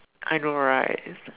I know right